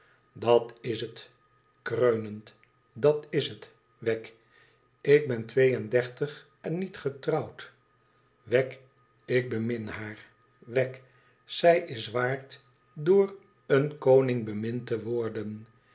dat is het kreunend dat is het i wegg ik ben twee en dertig en niet getrouwd wegg ik bemin haar wegg zij is waard door een koning bemind te worden